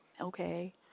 okay